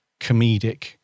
comedic